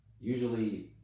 usually